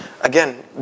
Again